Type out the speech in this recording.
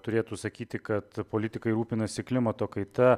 turėtų sakyti kad politikai rūpinasi klimato kaita